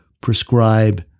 prescribe